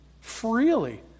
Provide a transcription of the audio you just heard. freely